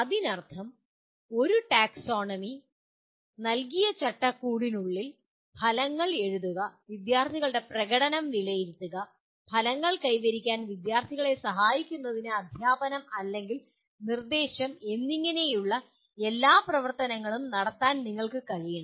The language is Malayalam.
അതിനർത്ഥം ഒരു ടാക്സോണമി നൽകിയ ചട്ടക്കൂടിനുള്ളിൽ ഫലങ്ങൾ എഴുതുക വിദ്യാർത്ഥികളുടെ പ്രകടനം വിലയിരുത്തുക ഫലങ്ങൾ കൈവരിക്കാൻ വിദ്യാർത്ഥികളെ സഹായിക്കുന്നതിന് അദ്ധ്യാപനം അല്ലെങ്കിൽ നിർദ്ദേശം എന്നിങ്ങനെയുള്ള എല്ലാ പ്രവർത്തനങ്ങളും നടത്താൻ ഞങ്ങൾക്ക് കഴിയണം